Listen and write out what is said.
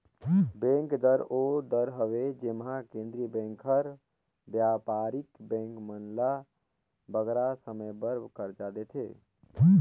bank दर ओ दर हवे जेम्हां केंद्रीय बेंक हर बयपारिक बेंक मन ल बगरा समे बर करजा देथे